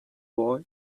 boy